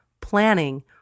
planning